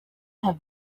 have